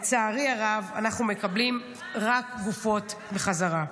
לצערי הרב, אנחנו מקבלים רק גופות בחזרה.